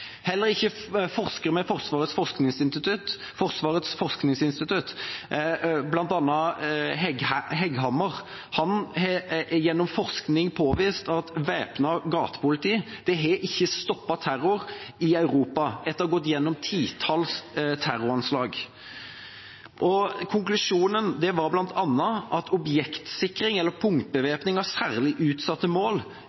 heller ikke forskere ved Forvarets forskningsinstitutt, bl.a. Hegghammer. Han har gjennom forskning påvist – etter å ha gått igjennom et titall terroranslag – at væpnet gatepoliti ikke har stoppet terror i Europa. Konklusjonen var bl.a. at objektsikring – eller